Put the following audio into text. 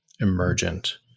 emergent